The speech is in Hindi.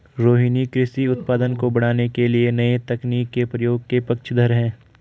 रोहिनी कृषि उत्पादन को बढ़ाने के लिए नए तकनीक के प्रयोग के पक्षधर है